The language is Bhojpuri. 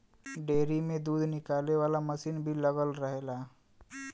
डेयरी में दूध निकाले वाला मसीन भी लगल रहेला